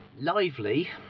Lively